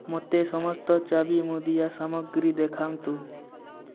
ମୋତେ ସମସ୍ତ ଚାବି ମୁଦିଆ ସାମଗ୍ରୀ ଦେଖାନ୍ତୁ